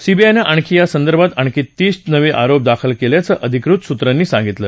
सीबीआयनं आणखी या संदर्भात आणखी तीस नवे आरोप दाखल केल्याचं अधिकृत सुत्रांनी सांगितलं